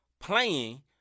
playing